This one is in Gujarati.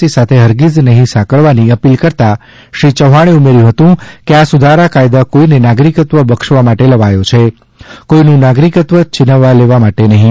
સી સાથે હરગિજ નહીં સાંકળવાની અપીલ કરતાં શ્રી ચૌહાણે ઉમેર્થું હતું કે આ સુધારા કાથદો કોઈને નાગરિક્ત્વ બક્ષવા માટે લવાથો છે કોઈ નું નાગરિકત્વં છીનવી લેવા માટે નહીં